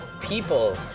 people